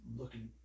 looking